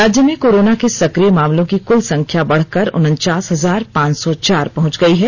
राज्य में कोरोना के सक्रिय मामलों की कुल संख्या बढ़कर उनचास हजार पांच सौ चार पहुंच गई है